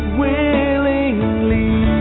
willingly